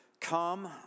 Come